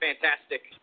fantastic